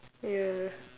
ya